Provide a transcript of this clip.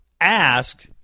Ask